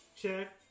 Check